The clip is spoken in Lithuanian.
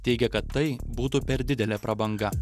teigia kad tai būtų per didelė prabanga